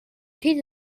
teeth